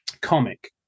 comic